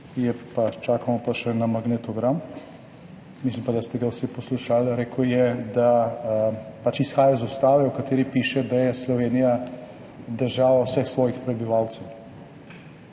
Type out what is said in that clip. čakamo pa še na magnetogram, mislim pa, da ste ga vsi poslušali, rekel je, da pač »izhaja iz ustave, v kateri piše, da je Slovenija država vseh svojih prebivalcev«.